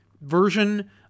version